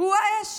הוא האש,